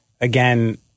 Again